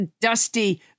dusty